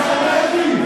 השר מרגי.